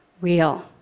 real